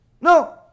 No